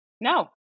No